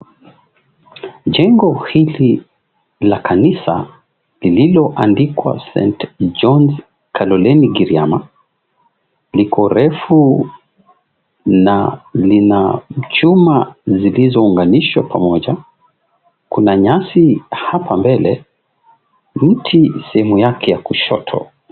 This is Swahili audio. Jengo hili la kanisa lililoandikwa St Johns Kaloreni Giriama likorefu na lionachuma zilizounganishwa pamoja. Kuna nyasi hapa mbele mti sehemu yake ya kushoto.